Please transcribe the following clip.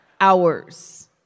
Hours